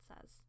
says